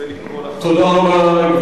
תודה רבה.